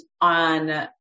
on